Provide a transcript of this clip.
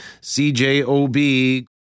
cjob